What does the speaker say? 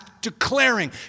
declaring